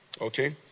okay